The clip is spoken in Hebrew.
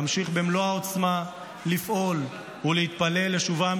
נמשיך במלוא העוצמה לפעול ולהתפלל לשובם